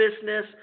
business